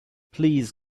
please